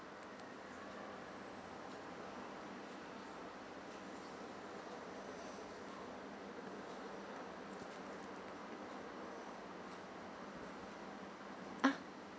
ah